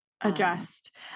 Adjust